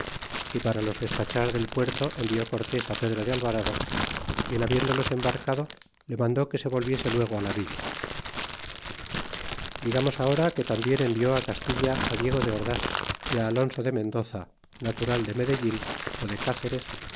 y para los despachar del puerto envió cortes á pedro de alvarado y en hablendolos embarcado le mandó que se volviese luego á la villa y digamos ahora que tambien envió á castilla á diego de ordas y á alonso de mendoza natural de medellin ú de cáceres